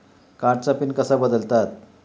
कार्डचा पिन कसा बदलतात?